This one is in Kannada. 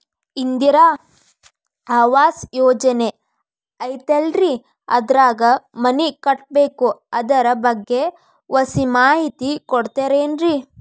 ಇಂದಿರಾ ಆವಾಸ ಯೋಜನೆ ಐತೇಲ್ರಿ ಅದ್ರಾಗ ಮನಿ ಕಟ್ಬೇಕು ಅದರ ಬಗ್ಗೆ ಒಸಿ ಮಾಹಿತಿ ಕೊಡ್ತೇರೆನ್ರಿ?